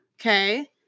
Okay